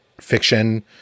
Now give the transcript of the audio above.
fiction